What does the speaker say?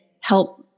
help